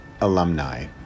alumni